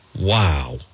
Wow